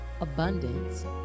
abundance